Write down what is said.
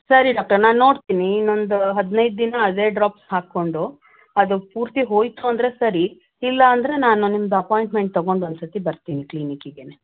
ಸರಿ ಡಾಕ್ಟರ್ ನಾನು ನೋಡ್ತೀನಿ ಇನ್ನೊಂದು ಹದಿನೈದು ದಿನ ಅದೇ ಡ್ರಾಪ್ಸ್ ಹಾಕಿಕೊಂಡು ಅದು ಪೂರ್ತಿ ಹೋಯಿತು ಅಂದರೆ ಸರಿ ಇಲ್ಲಾಂದರೆ ನಾನು ನಿಮ್ಮದು ಅಪಾಯಿಂಟ್ಮೆಂಟ್ ತಗೊಂಡು ಒಂದ್ಸತಿ ಬರ್ತೀನಿ ಕ್ಲಿನಿಕಿಗೇನೆ